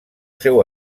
seu